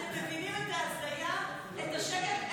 אתם מבינים את ההזיה, את השקר?